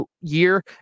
year